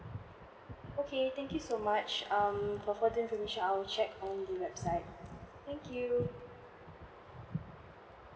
okay thank you so much um for further information I'll check on the website thank you